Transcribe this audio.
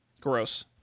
Gross